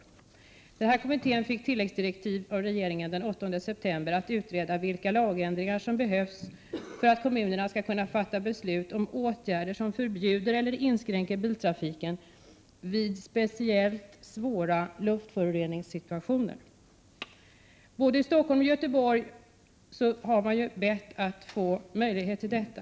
Kommittén fick den 8 september tilläggsdirektiv av regeringen om att utreda vilka lagändringar som behövs för att kommunerna skall kunna fatta beslut om åtgärder som förbjuder eller inskränker biltrafiken vid speciellt svåra luftföroreningssituationer. I både Stockholm och Göteborg har man bett om att få möjlighet till detta.